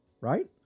right